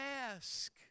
ask